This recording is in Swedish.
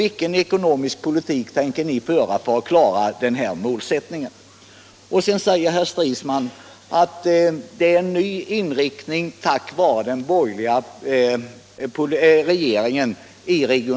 Vilken ekonomisk politik tänker ni föra för att uppnå er målsättning? Herr Stridsman säger att regionalpolitiken fått en ny inriktning tack vare den borgerliga regeringen.